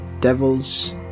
devils